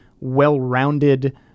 well-rounded